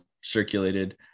circulated